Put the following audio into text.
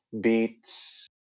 beats